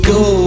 go